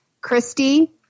Christy